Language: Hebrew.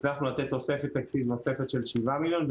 הצלחנו לתת תוספת תקציב נוספת של 7,000,000